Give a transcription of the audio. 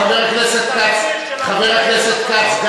חבר הכנסת כץ,